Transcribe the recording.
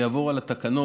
אני אעבור על התקנות.